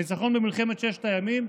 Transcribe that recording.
הניצחון במלחמת ששת הימים,